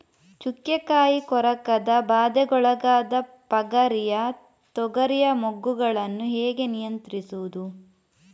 ಚುಕ್ಕೆ ಕಾಯಿ ಕೊರಕದ ಬಾಧೆಗೊಳಗಾದ ಪಗರಿಯ ತೊಗರಿಯ ಮೊಗ್ಗುಗಳನ್ನು ಹೇಗೆ ನಿಯಂತ್ರಿಸುವುದು?